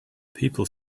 people